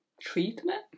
treatment